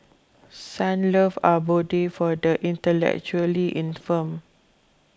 Sunlove Abode for the Intellectually Infirmed